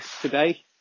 today